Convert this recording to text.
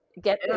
get